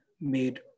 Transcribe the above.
made